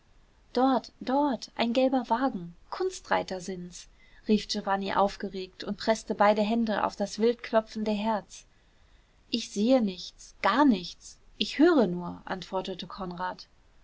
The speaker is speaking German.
dort dort ein gelber wagen kunstreiter sind's rief giovanni aufgeregt und preßte beide hände auf das wild klopfende herz ich sehe nichts gar nichts ich höre nur antwortete konrad